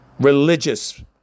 Religious